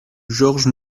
georges